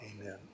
Amen